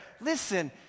Listen